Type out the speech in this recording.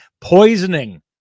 poisoning